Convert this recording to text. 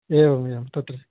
एवमेवं तत्